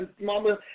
Mama